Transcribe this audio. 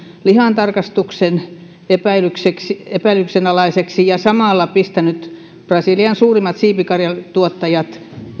lihantarkastuksen epäilyksenalaiseksi epäilyksenalaiseksi ja samalla pistänyt brasilian suurimmat siipikarjantuottajat